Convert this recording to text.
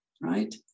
Right